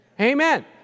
Amen